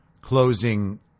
closing